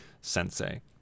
sensei